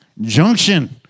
Junction